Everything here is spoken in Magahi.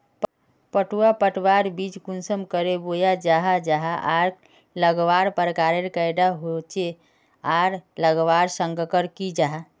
पटवा पटवार बीज कुंसम करे बोया जाहा जाहा आर लगवार प्रकारेर कैडा होचे आर लगवार संगकर की जाहा?